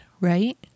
right